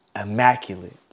immaculate